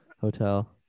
hotel